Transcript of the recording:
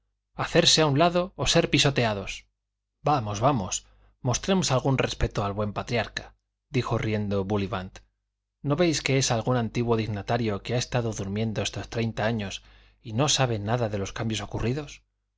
hacerse a un lado o ser pisoteados vamos vamos mostremos algún respeto al buen patriarca dijo riendo búllivant no veis que es algún antiguo dignatario que ha estado durmiendo estos treinta años y no sabe nada de los cambios ocurridos